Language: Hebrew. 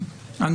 עברית,